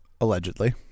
Allegedly